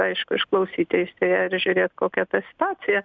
aišku išklausyt teisėją ir žiūrėt kokia ta situacija